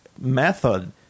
method